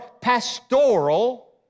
pastoral